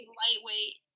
lightweight